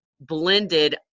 blended